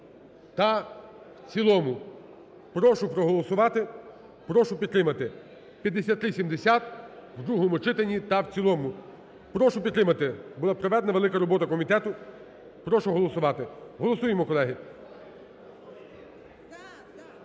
та в цілому. Прошу проголосувати. Прошу підтримати 5370 в другому читанні та в цілому. Прошу підтримати. Була проведена велика робота комітету. Прошу голосувати. Голосуємо, колеги.